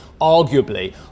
arguably